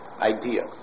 idea